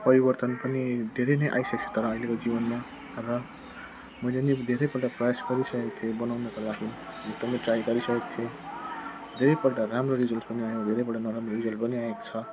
परिवर्तन पनि धेरै नै आइसकेको छ तर अहिलेको जीवनमा र मैले नि धेरैपल्ट प्रयास गरिसकेको थिएँ बनाउनको लागि एकदमै ट्राई गरिसकेको थिएँ धेरैपल्ट राम्रो रिजल्ट पनि आयो धेरैपल्ट नराम्रो रिजल्ट पनि आएको छ